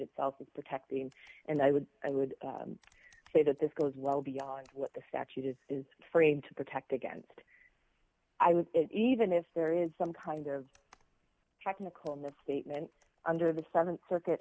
itself is protecting and i would i would say that this goes well beyond what the statute it is framed to protect against i would even if there is some kind of technical misstatement under the th circuit